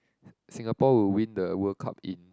Singapore will win the World Cup in